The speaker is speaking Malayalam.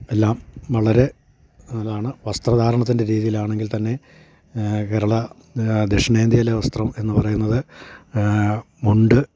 എല്ലാം വളരെ അതാണ് വസ്ത്രധാരണത്തിൻ്റെ രീതിയിലാണെങ്കിൽ തന്നെ കേരള ദക്ഷിണേന്ത്യയിലെ വസ്ത്രം എന്നു പറയുന്നത് മുണ്ട്